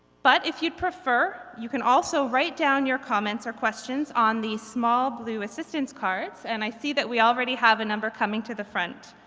but if you'd prefer you can also write down your comments or questions on the small blue assistance cards and i see that we already have a number coming to the front.